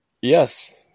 Yes